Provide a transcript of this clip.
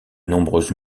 nombreuses